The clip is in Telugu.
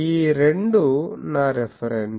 ఈ 2 నా రిఫరెన్సు